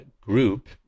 group